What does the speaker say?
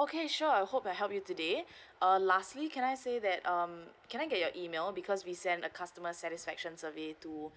okay sure hope I help you today uh lastly can I say that um can I get your email because we send the customer satisfaction survey to